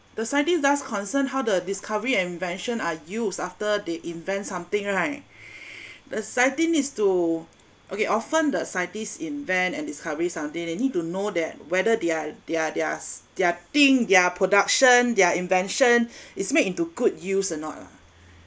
the scientist does concern how the discovery and invention are used after they invent something right the sighting is to okay often the scientist invent and discovery something they need to know that whether their their their s~ their thing their production their invention is made into good use or not ah